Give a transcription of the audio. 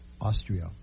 Austria